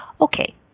okay